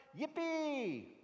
Yippee